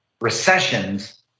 recessions